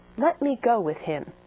let me go with him.